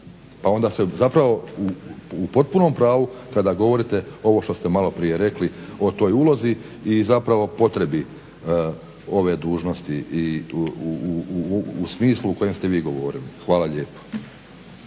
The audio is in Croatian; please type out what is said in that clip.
pa onda se zapravo u potpunom pravu kada govorite ovo što ste malo prije rekli o toj ulozi i zapravo potrebi ove dužnosti i u smislu u kojem ste vi govorili. Hvala lijepo.